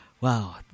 wow